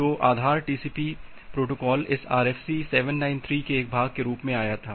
तो आधार TCP protocol इस RFC 793 के एक भाग के रूप में आया था